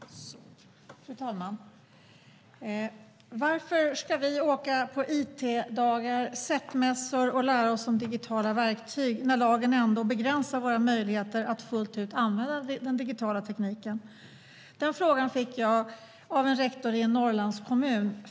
Fru talman! Varför ska vi åka på it-dagar, SETT-mässor och lära oss om digitala verktyg när lagen ändå begränsar våra möjligheter att fullt ut använda den digitala tekniken? Den frågan fick jag av en rektor i en Norrlandskommun.